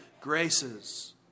graces